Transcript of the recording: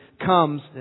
comes